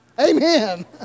Amen